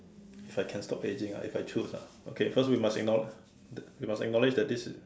if I can stop aging ah if I choose ah okay first we must acknow~ we must acknowledge that this